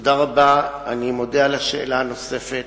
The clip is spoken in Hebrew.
תודה רבה, אני מודה על השאלה הנוספת,